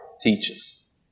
teaches